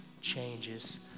changes